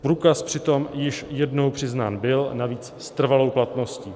Průkaz přitom již jednou přiznán byl, navíc s trvalou platností.